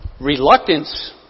Reluctance